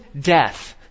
death